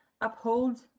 uphold